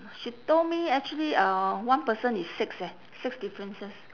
she told me actually uh one person is six eh six differences